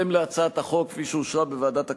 בהתאם להצעת החוק, כפי שאושרה בוועדת הכנסת,